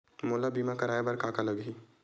मोला बीमा कराये बर का का लगही?